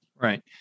Right